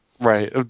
Right